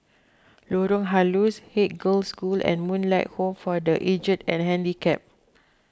Lorong Halus Haig Girls' School and Moonlight Home for the Aged and Handicapped